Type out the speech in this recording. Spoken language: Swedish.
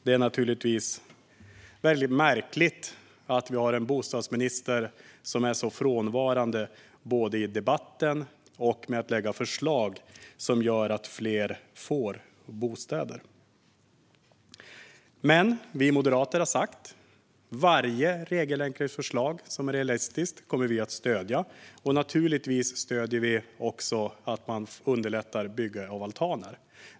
Det är naturligtvis väldigt märkligt att vi har en bostadsminister som är så frånvarande både i debatten och när det gäller att lägga fram förslag som gör att fler får bostäder. Men vi moderater har sagt att vi kommer att stödja varje regelförenklingsförslag som är realistiskt. Naturligtvis stöder vi också att man underlättar bygge av altaner.